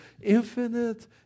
infinite